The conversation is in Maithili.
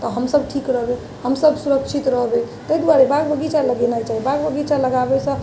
तऽ हमसब ठीक रहबै हमसब सुरक्षित रहबै ताहि दुआरे बाग बगीचा लगेना चाही बाग बगीचा लगाबैसँ